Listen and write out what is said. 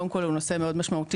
הוא קודם כל נושא מאוד משמעותי.